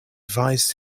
advised